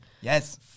Yes